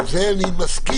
ולזה אני מסכים.